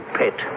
pit